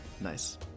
Nice